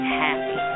happy